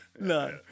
No